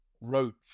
wrote